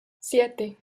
siete